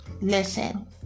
listen